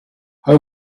how